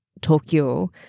Tokyo